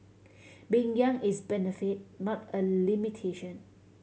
being young is benefit not a limitation